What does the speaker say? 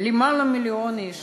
יותר ממיליון איש